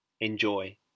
Enjoy